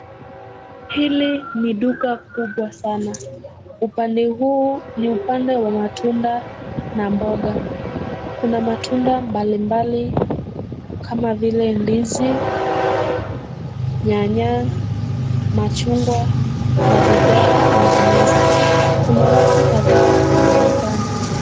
Hili ni duka kubwa sana. Upande huu ni upande wa matunda na mboga. Kuna matunda mbalimbali kama vile ndizi, nyanya, machungwa na bidhaa nyinginezo. Kuna watu kadhaa wanaonekana.